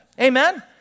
Amen